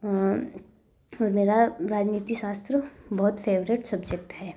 मेरा राजनीतिक शास्त्र बहुत फेवरेट सब्जेक्ट है